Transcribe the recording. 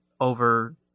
over